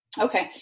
okay